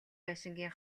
байшингийн